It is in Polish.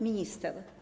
Minister.